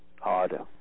harder